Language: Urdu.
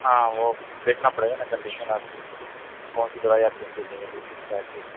ہاں وہ دیکھنا پڑے گا نا کنڈیشن آپ کی کون سی دوائی آپ کو فٹ ہوگی کس ٹائپ کی